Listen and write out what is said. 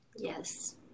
Yes